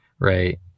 Right